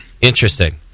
interesting